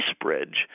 bridge